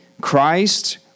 Christ